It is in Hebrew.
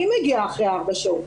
מי מגיעה אחרי ארבע שעות?